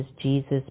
Jesus